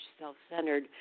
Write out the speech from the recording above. self-centered